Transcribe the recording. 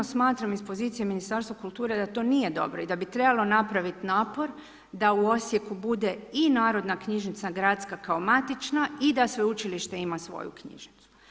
Smatram iz pozicije Ministarstva kulture da to nije dobro i da bi trebalo napraviti napor da u Osijeku bude i narodna knjižnica gradska kao matična i da sveučilište ima svoju knjižnicu.